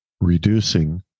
reducing